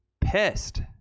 pissed